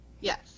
Yes